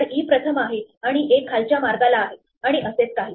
तर e प्रथम आहे आणि a खालच्या मार्गाला आहे आणि असेच काही